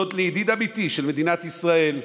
להודות לידיד אמיתי של מדינת ישראל,